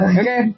Okay